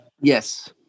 yes